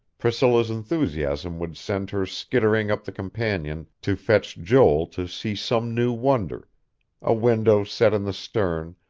priscilla's enthusiasm would send her skittering up the companion to fetch joel to see some new wonder a window set in the stern,